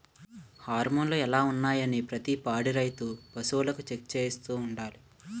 హార్మోన్లు ఎలా ఉన్నాయి అనీ ప్రతి పాడి రైతు పశువులకు చెక్ చేయిస్తూ ఉండాలి